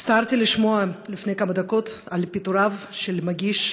הצטערתי לשמוע לפני כמה דקות על פיטוריו של מגיש,